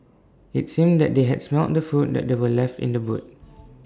IT seemed that they had smelt the food that they were left in the boot